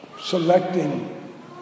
selecting